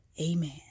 Amen